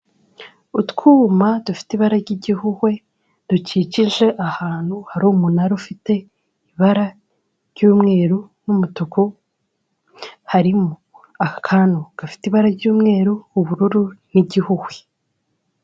Utwuma dufite ibara ry'igihuhwe dukikije ahantu hari umunara ufite ibara ry'umweru n'umutuku, harimo akantu gafite ibara ry'umweru ubururu n'igihuhwe.